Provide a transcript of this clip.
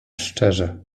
szczerze